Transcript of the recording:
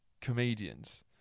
comedians